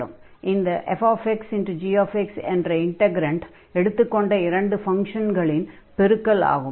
இந்த fxgx என்ற integrand எடுத்துக் கொண்ட இரண்டு ஃபங்ஷன்களின் பெருக்கல் ஆகும்